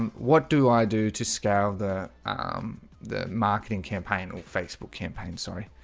um what do i do to scale the the marketing campaign or facebook campaign. sorry